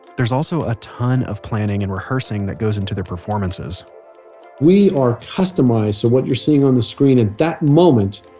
there's also a ton of planning and rehearsing that goes into their performances we are customized so what you're seeing on screen at that moment,